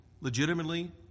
legitimately